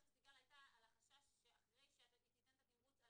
היתה על החשש שאחרי שהיא תיתן את התימרוץ על